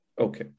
okay